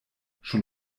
schon